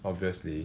obviously